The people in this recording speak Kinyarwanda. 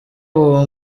uwo